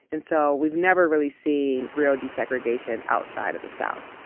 and so we've never really seen real desegregation outside of the south.